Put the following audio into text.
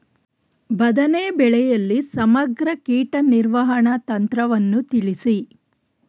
ಬದನೆ ಬೆಳೆಯಲ್ಲಿ ಸಮಗ್ರ ಕೀಟ ನಿರ್ವಹಣಾ ತಂತ್ರವನ್ನು ತಿಳಿಸಿ?